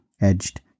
edged